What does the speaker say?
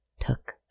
took